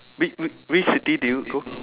whi~ whi~ which city do you go